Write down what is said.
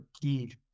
key